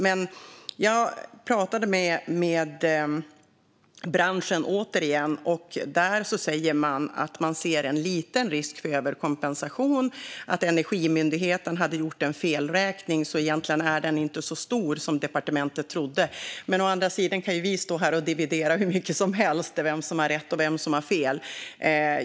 Jag har dock pratat med branschen, och där säger man att man ser endast en liten risk för överkompensation och att Energimyndigheten hade gjort en felräkning. Risken är därför inte så stor som departementet trodde. Vi kan å andra sidan stå här och dividera hur mycket som helst om vem som har rätt och fel.